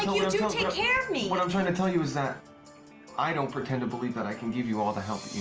you do take care of me! what i'm trying to tell you is that i don't pretend to believe that i can give you all the help